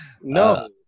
No